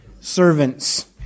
Servants